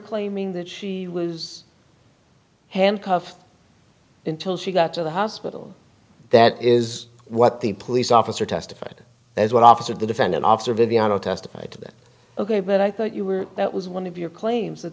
claiming that she was handcuffed until she got to the hospital that is what the police officer testified as one officer the defendant officer video testified to that ok but i thought you were that was one of your claims that